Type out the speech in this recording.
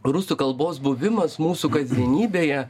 rusų kalbos buvimas mūsų kasdienybėje